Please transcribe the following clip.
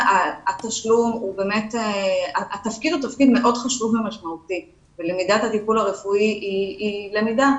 התפקיד הוא מאוד חשוב ומשמעותי ולמידת הטיפול הרפואי היא למידה,